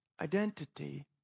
Identity